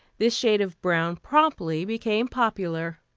this shade of brown promptly became popular.